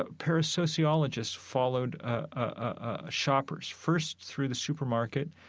ah parasociologists followed ah shoppers first through the supermarket,